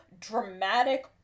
dramatic